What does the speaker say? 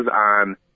on